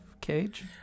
cage